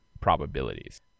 probabilities